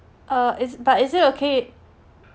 uh is but is it okay